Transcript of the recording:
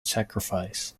sacrifice